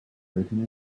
written